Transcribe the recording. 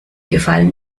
gefallen